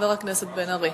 חבר הכנסת בן-ארי.